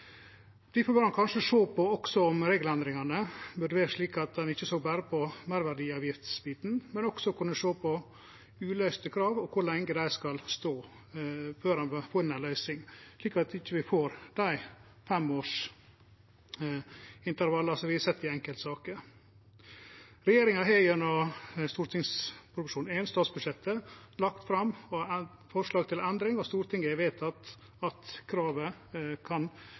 Difor bør ein kanskje også sjå på om regelendringane burde vere slik at ein ikkje berre såg på meirverdiavgiftsbiten, men også på uløyste krav og kor lenge dei skal stå før ein får ei løysing, slik at vi ikkje får dei femårsintervalla som vi har sett i enkeltsaker. Regjeringa har gjennom Prop. 1 S, statsbudsjettet, lagt fram forslag til endring, og Stortinget har vedteke at kravet kan